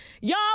y'all